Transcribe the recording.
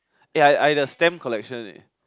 eh I I the stamp collection eh